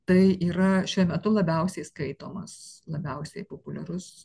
tai yra šiuo metu labiausiai skaitomas labiausiai populiarus